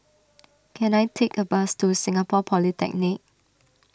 can I take a bus to Singapore Polytechnic